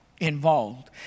Involved